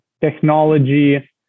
technology